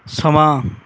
ਸਮਾਂ